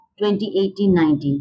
2018-19